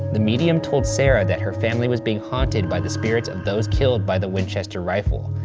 the medium told sarah that her family was being haunted by the spirits of those killed by the winchester rifle,